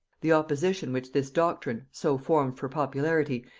the opposition which this doctrine, so formed for popularity,